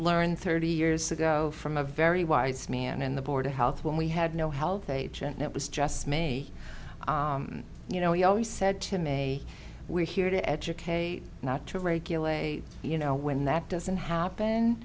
learned thirty years ago from a very wise man in the board of health when we had no health agent it was just me you know he always said to me we're here to educate not to regulate you know when that doesn't happen